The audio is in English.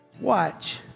watch